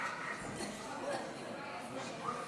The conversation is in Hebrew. ברשות יושב-ראש הישיבה,